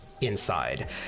inside